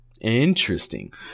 interesting